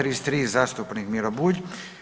33 zastupnik Miro Bulj.